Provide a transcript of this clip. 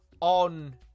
on